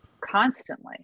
constantly